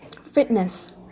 Fitness